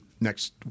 next